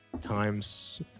Times